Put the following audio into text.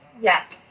Yes